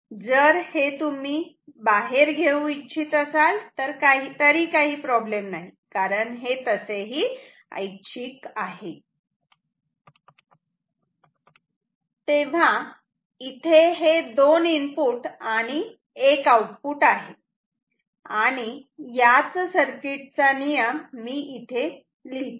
जर हे तुम्ही ही बाहेर घेऊ इच्छित असाल तरी काही प्रॉब्लेम नाही कारण हे तसेही ऐच्छिक आहे तेव्हा इथे हे दोन इनपुट आणि एक आउटपुट आहे आणि याच सर्किट चा नियम मी इथे लिहितो